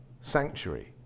sanctuary